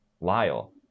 lyle